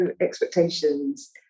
expectations